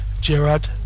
Gerard